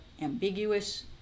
ambiguous